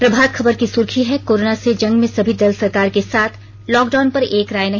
प्रभात खबर की सुर्खी है कोरोना से जंग में सभी दल सरकार के साथ लॉकडाउन पर एक राय नहीं